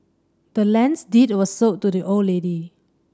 the land's deed was sold to the old lady